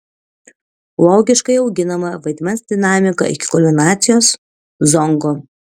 logiškai auginama vaidmens dinamika iki kulminacijos zongo